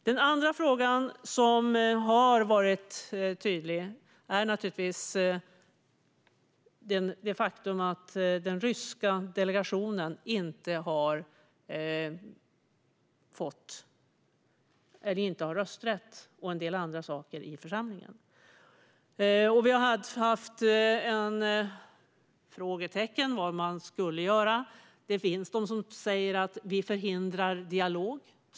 Den andra frågan som har varit tydlig är naturligtvis det faktum att den ryska delegationen inte har rösträtt i församlingen och en del annat. Det har funnits frågetecken kring vad man skulle göra. Det finns de som säger att vi förhindrar dialog.